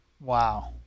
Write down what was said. Wow